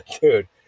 Dude